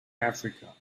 africa